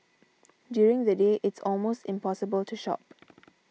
during the day it's almost impossible to shop